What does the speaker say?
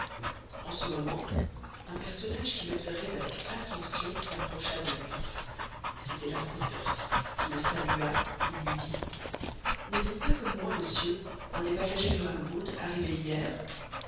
en ce moment un personnage qui l'observait avec attention s'approcha de lui c'était l'inspecteur fix qui le salua et lui dit n'êtes-vous pas comme moi monsieur un des passagers du rangoon arrivé hier